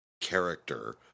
character